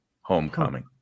Homecoming